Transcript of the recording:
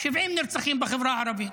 70 נרצחים בחברה הערבית,